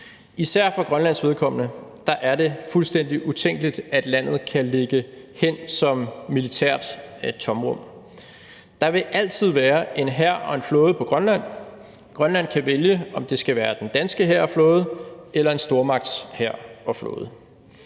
Især for Grønlands vedkommende er det fuldstændig utænkeligt, at landet kan ligge hen som militært tomrum. Der vil altid være en hær og en flåde på Grønland. Grønland kan vælge, om det skal være den danske hær og flåde eller en stormagts hær og flåde.